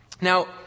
Now